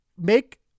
make